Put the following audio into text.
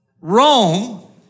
Rome